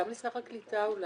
גם לשר הקליטה אולי,